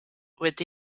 with